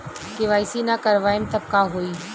KYC ना करवाएम तब का होई?